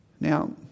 Now